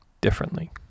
differently